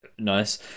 nice